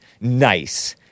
nice